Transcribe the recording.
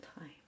time